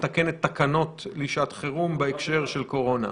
כמתקנת תקנות לשעת חירום בהקשר של קורונה.